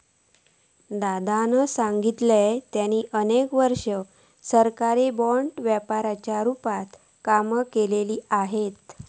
दादानं सांगल्यान, त्यांनी अनेक वर्षा सरकारी बाँड व्यापाराच्या रूपात काम केल्यानी असा